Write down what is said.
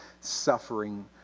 suffering